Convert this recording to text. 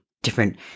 different